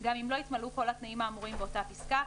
גם אם לא התמלאו כל התנאים האמורים באותה פסקה,